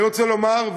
אני רוצה לומר,